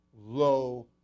low